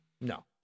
no